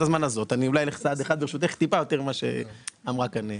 אני אולי צעד אחד טיפה יותר ממה שאמרה כאן טעניה.